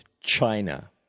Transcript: China